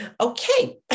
okay